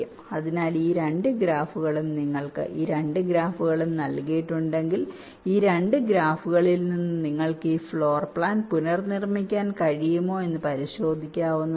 അതിനാൽ ഈ രണ്ട് ഗ്രാഫുകളും നിങ്ങൾക്ക് ഈ രണ്ട് ഗ്രാഫുകൾ നൽകിയിട്ടുണ്ടെങ്കിൽ ഈ രണ്ട് ഗ്രാഫുകളിൽ നിന്ന് നിങ്ങൾക്ക് ഈ ഫ്ലോർ പ്ലാൻ പുനർനിർമ്മിക്കാൻ കഴിയുമോ എന്ന് പരിശോധിക്കാവുന്നതാണ്